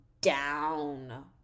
down